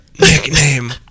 nickname